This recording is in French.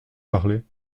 parler